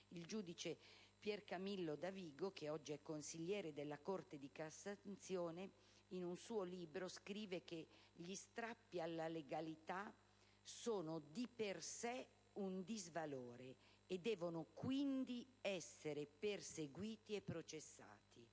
il giudice Piercamillo Davigo, che oggi è consigliere della Corte di cassazione. In un suo libro egli scrive che gli "strappi alla legalità sono di per sé un disvalore e devono quindi essere perseguiti e processati".